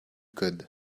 code